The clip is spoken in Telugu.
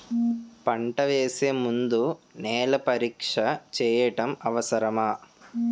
పంట వేసే ముందు నేల పరీక్ష చేయటం అవసరమా?